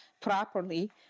properly